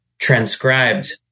transcribed